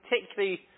particularly